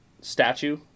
statue